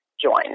join